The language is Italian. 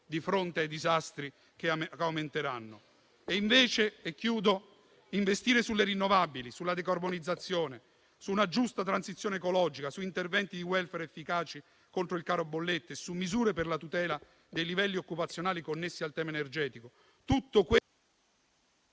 di fronte ai disastri che aumenteranno. Investire sulle rinnovabili, sulla decarbonizzazione, su una giusta transizione ecologica, su interventi di *welfare* efficaci contro il caro bollette e su misure per la tutela dei livelli occupazionali connessi al tema energetico: